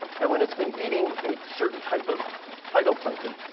and when it's been eating a certain type of phytoplankton,